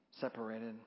separated